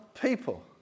people